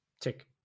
tick